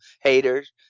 haters